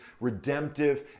redemptive